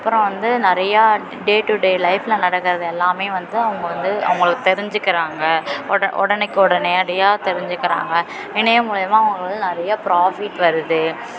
அப்புறோம் வந்து நிறையா டே டு டே லைஃபில் நடக்கிறத எல்லாமே வந்து அவங்க வந்து அவங்க தெரிஞ்சுக்கிறாங்க ஒட உடனக்கே உடனேடியா தெரிஞ்சுக்கிறாங்க இணையம் மூலிமா அவங்க வந்து நிறையா ப்ராஃபிட் வருது ஆ